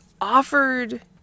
offered